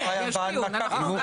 אבל ככלל, הדבר הזה עובד כמו שצריך.